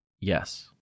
Yes